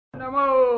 Namo